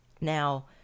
Now